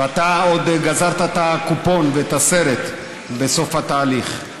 ואתה עוד גזרת את הקופון ואת הסרט בסוף התהליך.